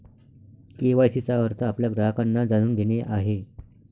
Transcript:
KYC चा अर्थ आपल्या ग्राहकांना जाणून घेणे आहे